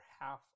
half